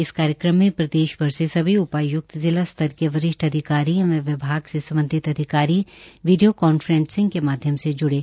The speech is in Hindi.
इस कार्यक्रम में प्रदेशभर से स्भी उपाय्क्त जिला स्तर के वरिष्ठ अधिकारियों एवं विभाग से सम्बधित अधिकारी वीडियो कांफ्रेसिंग के माध्यम से जुड़े